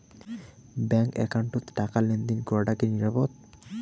Bank একাউন্টত টাকা লেনদেন করাটা কি নিরাপদ?